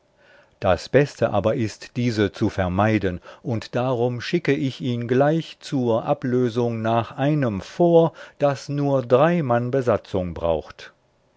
das beste aber ist diese zu vermeiden und darum schicke ich ihn gleich zur ablösung nach einem fort das nur drei mann besatzung braucht